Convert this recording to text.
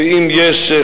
ואם יש,